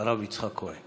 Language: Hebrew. הרב יצחק כהן.